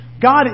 God